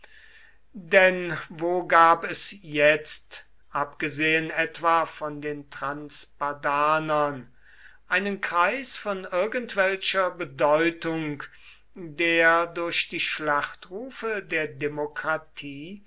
denn wo gab es jetzt abgesehen etwa von den transpadanern einen kreis von irgendwelcher bedeutung der durch die schlachtrufe der demokratie